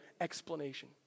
explanation